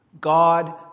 God